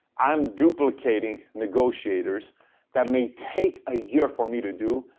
i'm duplicating negotiators that may take a year for me to do,